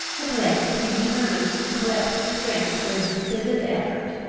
at length he determined to collect his strength for a decisive effort,